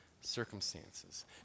circumstances